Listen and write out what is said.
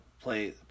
play